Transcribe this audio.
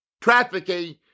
trafficking